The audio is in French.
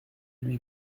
lui